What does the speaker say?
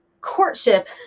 courtship